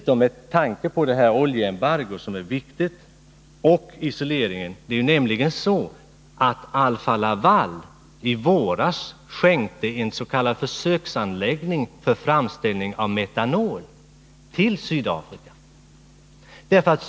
Därför är oljeembargot och isoleringen viktiga. Alfa-Laval skänkte i våras en s.k. försöksanläggning för framställning av metanol till Sydafrika.